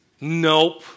Nope